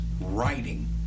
writing